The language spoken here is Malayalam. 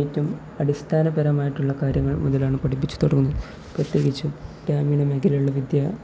ഏറ്റവും അടിസ്ഥാനപരമായിട്ടുള്ള കാര്യങ്ങൾ മുതലാണ് പഠിപ്പിച്ചു തുടങ്ങുന്നത് പ്രത്യേകിച്ച് ഗ്രാമീണ മേഖലയിലുള്ള വിദ്യ